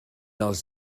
dels